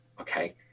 Okay